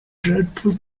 dreadful